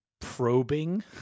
probing